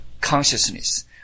consciousness